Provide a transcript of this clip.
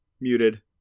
Muted